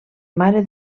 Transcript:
mare